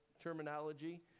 terminology